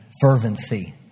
Fervency